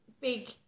big